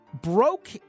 broke